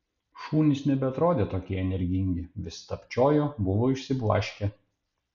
šunys nebeatrodė tokie energingi vis stabčiojo buvo išsiblaškę